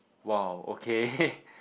!wow! okay